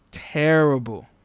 terrible